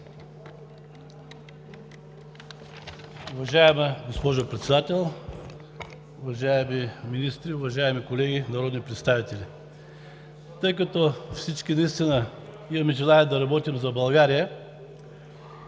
Уважаема госпожо Председател, уважаеми министри, уважаеми колеги народни представители! Тъй като всички наистина имаме желание да работим за България,